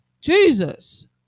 Jesus